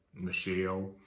Michelle